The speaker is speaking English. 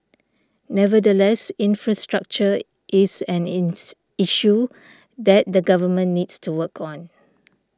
nevertheless infrastructure is an ins issue that the government needs to work on